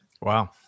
Wow